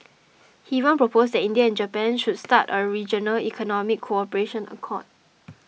he even proposed that India and Japan should start a regional economic cooperation accord